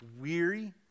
weary